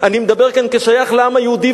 אני מדבר כאן כשייך לעם היהודי.